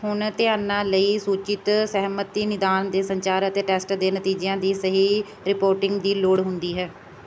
ਹੁਣ ਅਧਿਐਨਾਂ ਲਈ ਸੂਚਿਤ ਸਹਿਮਤੀ ਨਿਦਾਨ ਦੇ ਸੰਚਾਰ ਅਤੇ ਟੈਸਟ ਦੇ ਨਤੀਜਿਆਂ ਦੀ ਸਹੀ ਰਿਪੋਰਟਿੰਗ ਦੀ ਲੋੜ ਹੁੰਦੀ ਹੈ